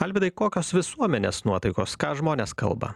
alvydai kokios visuomenės nuotaikos ką žmonės kalba